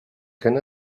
can